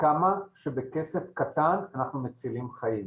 כמה שבכסף קטן אנחנו מצילים חיים.